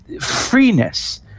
Freeness